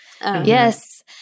Yes